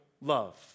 love